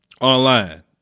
online